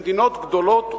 במדינות גדולות וקטנות,